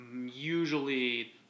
usually